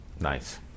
Nice